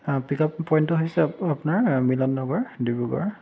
পিক up পইণ্টতো হৈছে আপ আপোনাৰ মিলন নগৰ ডিব্ৰুগড়